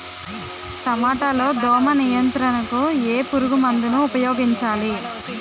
టమాటా లో దోమ నియంత్రణకు ఏ పురుగుమందును ఉపయోగించాలి?